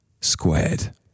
squared